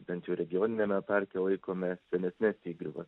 bent jau regioniniame parke laikome senesnes įgriūvas